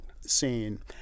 scene